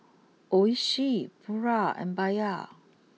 Oishi Pura and Bia